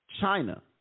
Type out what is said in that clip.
China